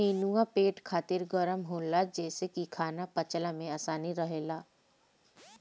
नेनुआ पेट खातिर गरम होला जेसे की खाना पचला में आसानी रहेला